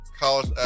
college